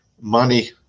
money